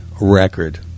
record